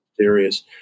areas